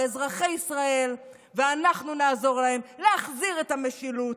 אנחנו נעזור לאזרחי ישראל להחזיר את המשילות,